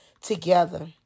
together